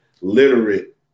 literate